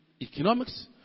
economics